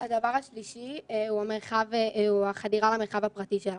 הדבר השלישי הוא החדירה למרחב הפרטי שלנו.